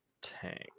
tank